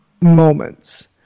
moments